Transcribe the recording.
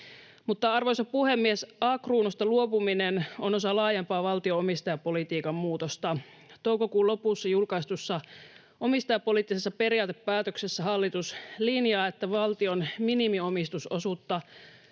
Arvoisa puhemies! A-Kruunusta luopuminen on osa laajempaa valtion omistajapolitiikan muutosta. Toukokuun lopussa julkaistussa omistajapoliittisessa periaatepäätöksessä hallitus linjaa, että valtion minimiomistusosuutta